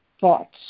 thoughts